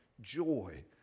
joy